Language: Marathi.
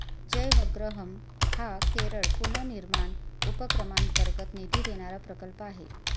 जयवग्रहम हा केरळ पुनर्निर्माण उपक्रमांतर्गत निधी देणारा प्रकल्प आहे